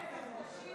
אין כבוד.